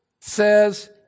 says